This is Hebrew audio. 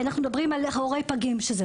אנחנו מדברים על הורים לפגים שנמצאים שם,